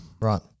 right